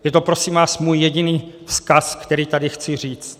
Je to prosím vás můj jediný vzkaz, který tady chci říct.